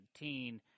2019